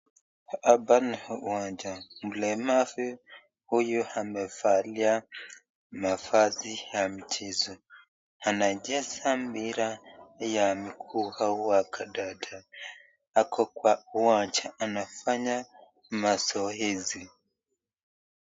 Hapa ni uwanjani, mlemavu huyu amevalia mavazi ya mchezo, anacheza mpira ya mguu au wa kandanda, ako kwa uwanja, anafanya mazoezi.